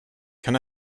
can